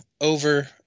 over